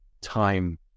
time